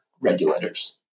regulators